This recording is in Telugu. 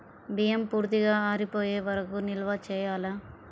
బియ్యం పూర్తిగా ఆరిపోయే వరకు నిల్వ చేయాలా?